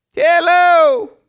Hello